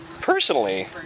personally